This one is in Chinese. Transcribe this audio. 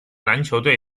篮球队